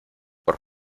por